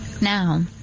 Now